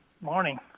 Morning